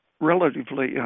relatively